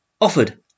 offered